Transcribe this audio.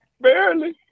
Barely